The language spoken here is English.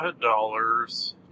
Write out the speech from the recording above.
dollars